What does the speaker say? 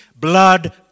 blood